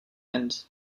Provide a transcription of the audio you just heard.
end